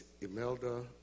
Imelda